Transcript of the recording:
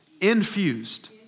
Infused